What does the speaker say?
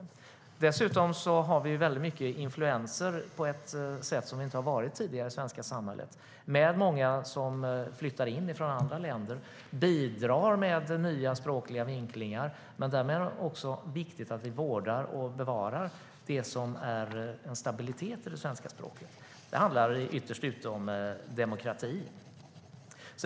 Dessutom har vi väldigt mycket influenser på ett sätt vi inte har haft tidigare i det svenska samhället, genom att många flyttar in från andra länder och bidrar med nya språkliga vinklingar. Därmed är det också viktigt att vi vårdar och bevarar en stabilitet i det svenska språket. Det handlar ytterst om demokrati.